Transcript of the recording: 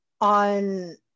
on